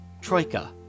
Troika